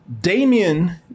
Damien